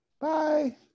Bye